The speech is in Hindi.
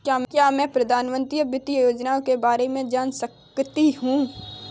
क्या मैं प्रधानमंत्री वित्त योजना के बारे में जान सकती हूँ?